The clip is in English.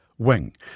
wing